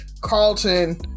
Carlton